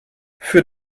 für